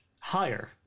higher